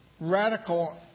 radical